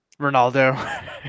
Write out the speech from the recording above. Ronaldo